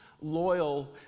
loyal